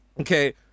okay